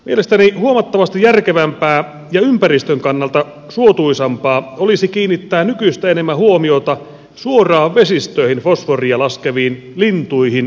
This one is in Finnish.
mielestäni huomattavasti järkevämpää ja ympäristön kannalta suotuisampaa olisi kiinnittää nykyistä enemmän huomiota suoraan vesistöihin fosforia laskeviin lintuihin ja hylkeisiin